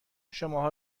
شماها